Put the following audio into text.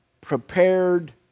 prepared